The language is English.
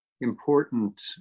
important